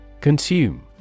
Consume